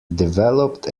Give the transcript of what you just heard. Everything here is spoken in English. developed